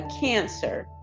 cancer